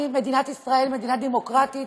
מדינת ישראל היא מדינה דמוקרטית,